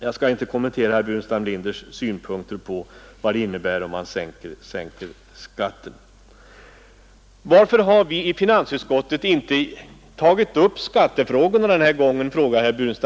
Jag skall inte kommentera herr Burenstam Linders synpunkter på vad det innebär om man sänker skatten. Herr Burenstam Linder frågar varför vi inom finansutskottets majoritet inte tagit upp skattefrågorna den här gången.